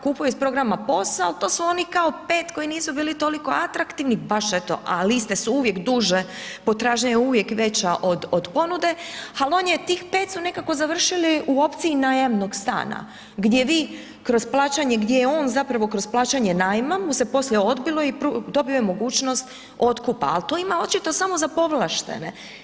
Kupuje iz programa POS-a, to su oni kao 5 koji nisu bili toliko atraktivni, baš eto a liste su uvijek duže, potražnja je uvijek veća od ponude ali on je tih od 5 nekako završili u opciji najamnog stana gdje vi kroz plaćanje gdje je on zapravo kroz plaćanje najma mu se poslije odbilo i dobio je mogućnost otkupa ali to ima očito samo za povlaštene.